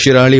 Shirali